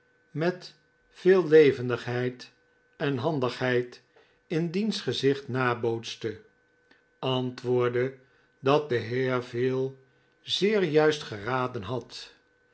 met veel levendigheid en handigheid in diens gezicht nabootste antwoordde dat de heer veal zeer juist geraden had